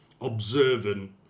observant